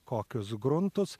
kokius gruntus